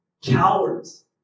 Cowards